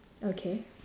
okay